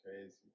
crazy